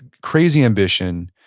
crazy ambition,